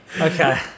Okay